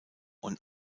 und